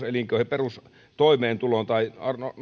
perustoimeentuloon tai